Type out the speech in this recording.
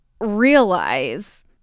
realize